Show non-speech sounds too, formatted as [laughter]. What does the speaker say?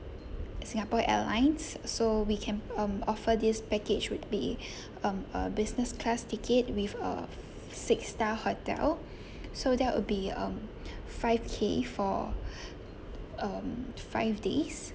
singapore airlines so we can um offer this package would be [breath] um a business class ticket with a six star hotel so that will be um five K for [breath] um five days